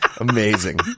amazing